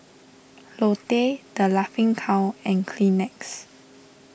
Lotte the Laughing Cow and Kleenex